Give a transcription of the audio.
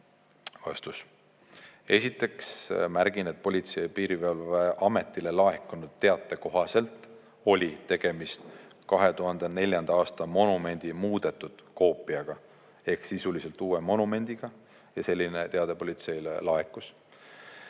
Vastus. Esiteks märgin, et Politsei- ja Piirivalveametile laekunud teate kohaselt oli tegemist 2004. aasta monumendi muudetud koopiaga ehk sisuliselt uue monumendiga. Selline teade politseile laekus.